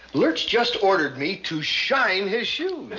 lurch just ordered me to shine his shoes.